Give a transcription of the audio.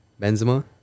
Benzema